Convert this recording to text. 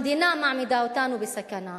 המדינה מעמידה אותנו בסכנה.